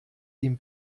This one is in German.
ihm